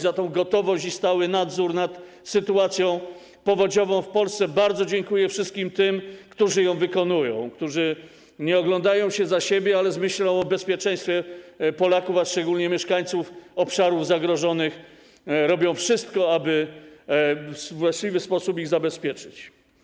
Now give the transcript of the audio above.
Za tę gotowość i stały nadzór nad sytuacją powodziową bardzo dziękuję wszystkim tym, którzy wykonują tę pracę, którzy nie oglądają się za siebie, ale z myślą o bezpieczeństwie Polaków, a szczególnie mieszkańców obszarów zagrożonych, robią wszystko, aby we właściwy sposób ich zabezpieczyć.